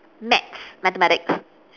maths mathematics